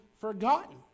forgotten